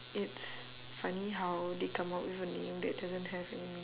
it's funny how they come up with a name that doesn't have any meaning